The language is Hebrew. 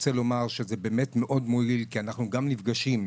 זה מאוד מועיל כי אנו גם נפגשים,